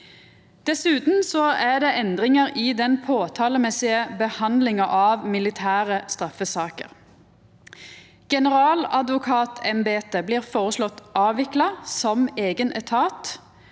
Dessutan er det endringar i den påtalemesissige behandlinga av militære straffesaker. Generaladvokatembetet blir føreslått avvikla som eigen etat,